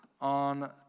on